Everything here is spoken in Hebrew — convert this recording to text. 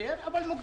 מוגזם.